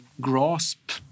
grasp